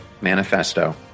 Manifesto